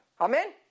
Amen